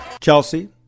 Chelsea